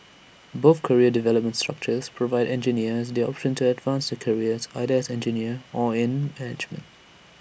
both career development structures provide engineers the option to advance careers either as engineers or in management